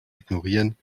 ignorieren